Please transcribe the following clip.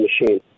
machine